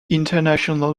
international